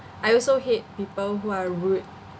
I also hate people who are rude